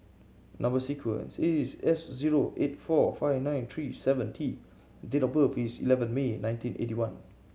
number sequence is S zero eight four five nine three seven T date of birth is eleven May nineteen eighty one